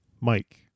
Mike